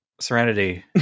Serenity